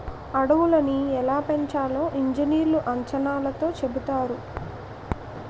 అడవులని ఎలా పెంచాలో ఇంజనీర్లు అంచనాతో చెబుతారు